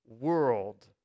world